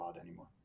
anymore